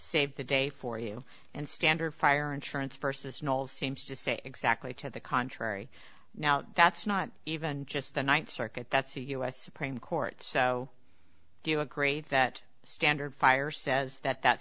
saved the day for you and standard fire insurance personel seems to say exactly to the contrary now that's not even just the th circuit that's a us frame court so do you agree that standard fire says that that